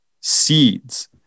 seeds